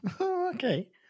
Okay